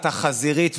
החזירית,